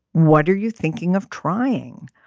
what are you thinking of trying.